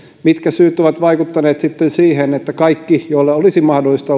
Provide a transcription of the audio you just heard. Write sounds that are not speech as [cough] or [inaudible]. mitkä syyt ovat vaikuttaneet siihen että kaikki joiden olisi ollut mahdollista [unintelligible]